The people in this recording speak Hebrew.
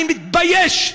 אני מתבייש.